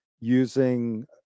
using